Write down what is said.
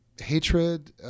hatred